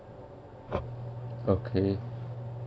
okay